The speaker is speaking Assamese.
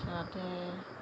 তাতে